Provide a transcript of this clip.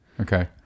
Okay